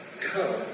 come